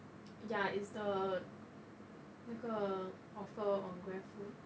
ya it's the 那个 offer from grab food